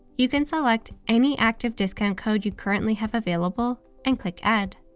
you can select any active discount code you currently have available, and click add.